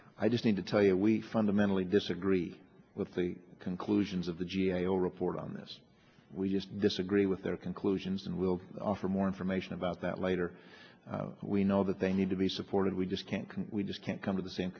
i just need to tell you we fundamentally disagree with the conclusions of the g a o report on this we just disagree with their conclusions and we'll offer more information about that later we know that they need to be supported we just can't we just can't come to the same